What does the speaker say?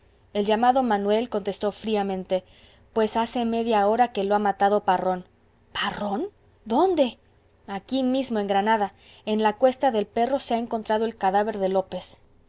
el llamado manuel contestó fríamente pues hace media hora que lo ha matado parrón parrón dónde aquí mismo en granada en la cuesta del perro se ha encontrado el cadáver de lópez